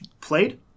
played